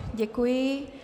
Děkuji.